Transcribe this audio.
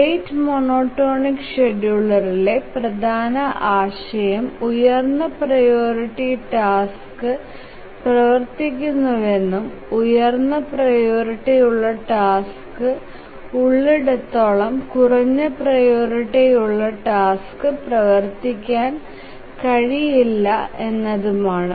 rate monotonic ഷെഡ്യൂളിംഗിലെ പ്രധാന ആശയം ഉയർന്ന പ്രിയോറിറ്റി ടാസ്ക് പ്രവർത്തിക്കുന്നുവെന്നും ഉയർന്ന പ്രിയോറിറ്റിയുള്ള ടാസ്ക് ഉള്ളിടത്തോളം കുറഞ്ഞ പ്രിയോറിറ്റിയുള്ള ടാസ്ക് പ്രവർത്തിപ്പിക്കാൻ കഴിയില്ല എന്നതാണ്